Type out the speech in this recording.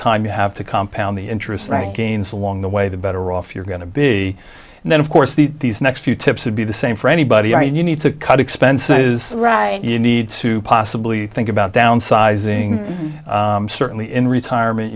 time you have to compound the interest gains along the way the better off you're going to be and then of course these next few tips would be the same for anybody you need to cut expenses right you need to possibly think about downsizing certainly in retirement